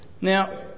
Now